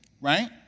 right